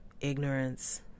ignorance